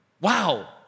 wow